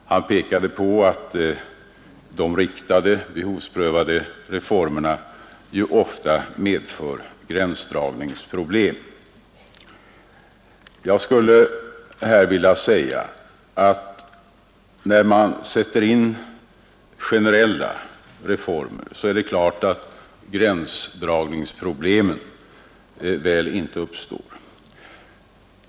Han pekade på att de riktade behovsprövade reformerna ju ofta medför gränsdragningsproblem. Jag skulle här vilja säga att när man sätter in generella reformer är det klart att gränsdragningsproblem inte uppstår.